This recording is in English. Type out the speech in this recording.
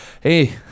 Hey